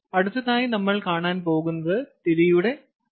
അടുത്തതായി നമ്മൾ കാണാൻ പോകുന്നത് തിരിയുടെ പ്രവർത്തനം ആണ്